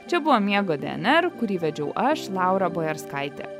čia buvo miego dnr kurį vedžiau aš laura boerskaitė